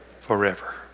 forever